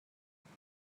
زنها